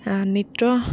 নৃত্য